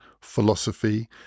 philosophy